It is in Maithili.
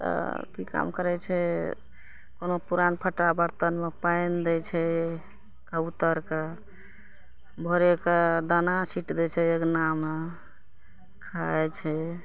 तऽ की काम करै छै कोनो पुरान फट्टा बर्तनमे पानि दै छै कबूत्तर के भोरे कऽ दाना छीट दै छै अङ्गनामे खाइ छै